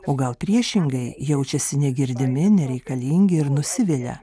o gal priešingai jaučiasi negirdimi nereikalingi ir nusivilia